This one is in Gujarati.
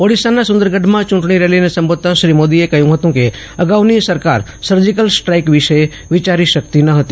ઓડિશાના સુંદરગઢમાં ચૂંટણી રેલીને સંબોધતાં શ્રી મોદીએ કહ્યું હતું કે અગાઉની સરકાર સર્જાકલ સ્ટ્રાઇક વિશે વિચારી શકતી ન હતી